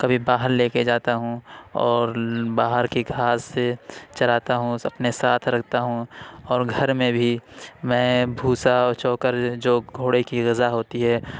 کبھی باہر لے کے جاتا ہوں اور باہر کی گھاس چراتا ہوں اسے اپنے ساتھ رکھتا ہوں اور گھر میں بھی میں بھوسا چوکر جو گھوڑے کی غذا ہوتی ہے